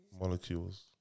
Molecules